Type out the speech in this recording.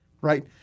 Right